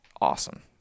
awesome